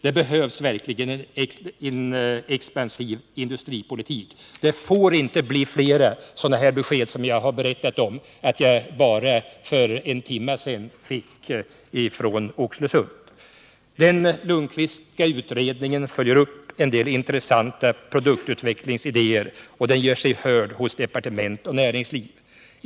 Det behövs verkligen en expansiv industripolitik. Det får inte bli flera sådana besked som jag berättade att jag fick från Oxelösund för bara en timme sedan. Den Lundkvistska utredningen följer upp en del intressanta produktutvecklingsidéer, och den gör sig hörd i departement och näringsliv.